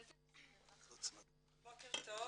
בוקר טוב,